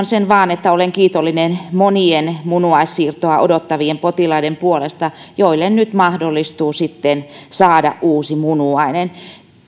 sen että olen kiitollinen monien munuaissiirtoa odottavien potilaiden puolesta joille nyt sitten mahdollistuu saada uusi munuainen